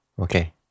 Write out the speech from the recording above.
Okay